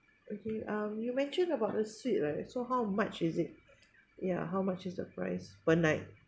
okay um you mentioned about the suite right so how much is it ya how much is the price per night